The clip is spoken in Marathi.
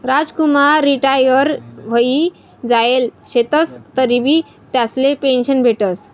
रामकुमार रिटायर व्हयी जायेल शेतंस तरीबी त्यासले पेंशन भेटस